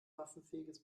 waffenfähiges